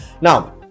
Now